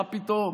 מה פתאום.